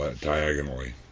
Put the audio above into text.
diagonally